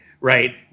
Right